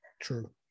True